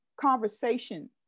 conversation